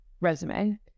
resume